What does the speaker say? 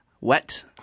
Wet